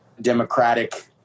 Democratic